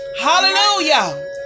Hallelujah